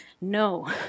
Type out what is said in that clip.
No